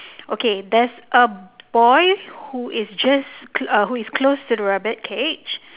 okay there's a boy who is just who is close to the rabbit cage